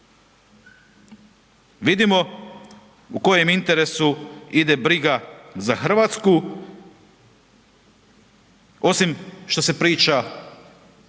Vidimo u kojem interesu ide briga za Hrvatsku, osim što se priča